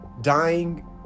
dying